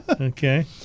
Okay